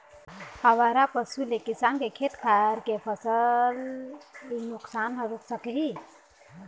आवारा पशु ले किसान के खेत खार के फसल नुकसान ह रूक सकही